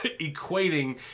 equating